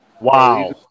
Wow